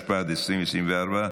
התשפ"ד 2024,